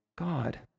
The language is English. God